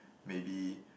maybe